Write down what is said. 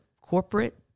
corporate